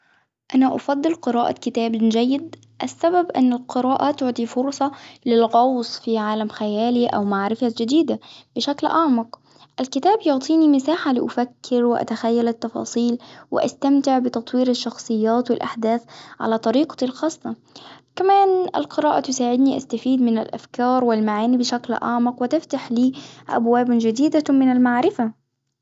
أنا أفضل قراءة كتاب جيد، السبب أن القراءة تعطي فرصة للغوص في عالم خيالي أو معرفة جديدة بشكل أعمق، الكتاب يعطيني مساحة لأفكر وأتخيل التفاصيل وأستمتع بتطوير الشخصيات والأحداث على طريقتي الخاصة. كمان القراءة تساعدني إني أستفيد من الأفكار والمعاني بشكل أعمق وتفتح لي أبواب جديدة من المعرفة.